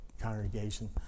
congregation